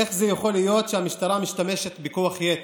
איך זה יכול להיות שהמשטרה משתמשת בכוח יתר?